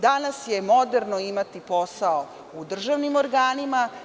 Danas je moderno imati posao u državnim organima.